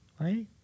right